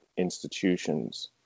institutions